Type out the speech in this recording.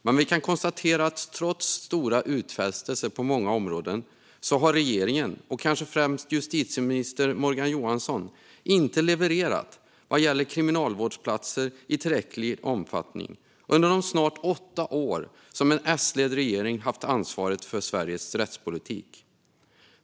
Men vi kan konstatera att regeringen och kanske främst justitieminister Morgan Johansson, trots stora utfästelser på många området, inte har levererat i tillräcklig omfattning vad gäller kriminalvårdsplatser under de snart åtta år som en S-ledd regering har haft ansvaret för Sveriges rättspolitik.